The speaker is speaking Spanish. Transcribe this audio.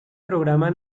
programa